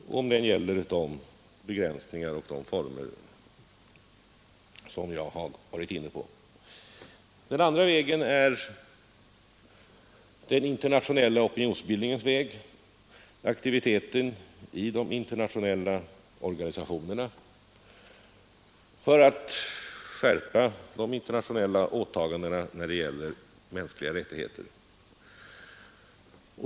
Och om den gäller de begränsningar och de villkor som jag har varit inne på. Den andra vägen är den internationella opinionsbildningens väg, aktiviteten i de internationella organisationerna för att skärpa de internationella åtagandena när det gäller mänskliga rättigheter.